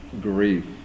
grief